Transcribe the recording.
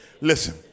Listen